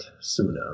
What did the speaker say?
sooner